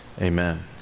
Amen